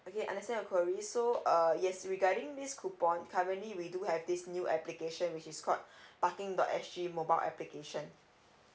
okay understand your query so err yes regarding this coupon currently we do have this new application which is called parking dot S G mobile application